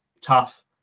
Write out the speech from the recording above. tough